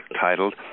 titled